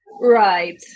Right